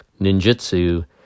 ninjutsu